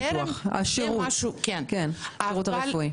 שירות רפואי.